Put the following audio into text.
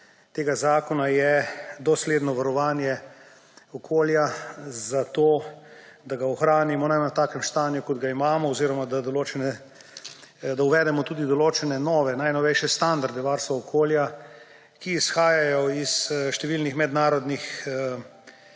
tega zakona je dosledno varovanje okolja, zato da ga ohranimo ne na takem stanju, kot ga imamo, ampak uvedemo tudi določene nove, najnovejše standarde varstva okolja, ki izhajajo iz številnih mednarodnih